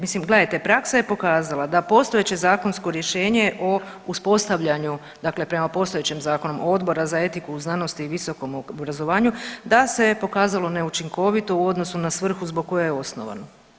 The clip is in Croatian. Mislim gledajte, praksa je pokazala da postojeće zakonsko rješenje o uspostavljanju dakle prema postojećem zakonu, Odbora za etiku u znanosti i visokom obrazovanju da se je pokazalo neučinkovito u odnosu na svrhu zbog koje je osnovano.